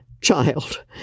Child